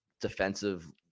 defensive